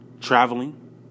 traveling